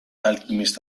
alchemist